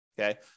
Okay